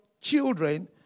children